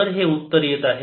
तर हे उत्तर येत आहे